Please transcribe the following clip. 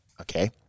okay